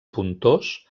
pontós